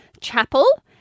chapel